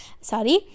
sorry